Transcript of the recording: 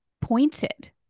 pointed